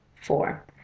Four